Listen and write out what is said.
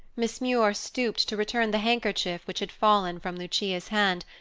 miss muir stooped to return the handkerchief which had fallen from lucia's hand,